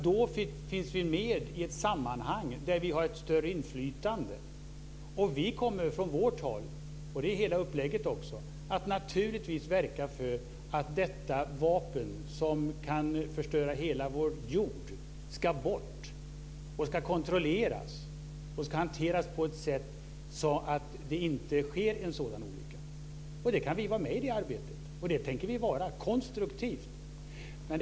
Då finns vi med i ett sammanhang där vi har ett större inflytande. Vi kommer naturligtvis från vårt håll, det är hela upplägget, att verka för att detta vapen, som kan förstöra hela vår jord, ska bort. Det ska kontrolleras. Det ska hanteras på ett sådant sätt att det inte sker en olycka. Vi kan vara med i det arbetet, och det tänker vi också vara på ett konstruktivt sätt.